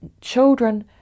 children